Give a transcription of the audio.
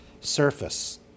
surface